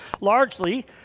Largely